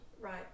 Right